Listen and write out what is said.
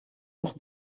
nog